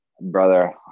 brother